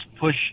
push